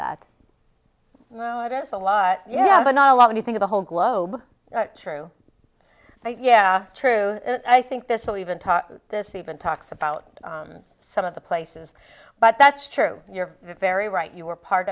that it is a lot yeah but not a lot of you think the whole globe true yeah true i think this will even touch this even talks about some of the places but that's true you're very right you were part